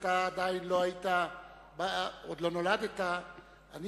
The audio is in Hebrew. אתה עדיין לא נולדת אז,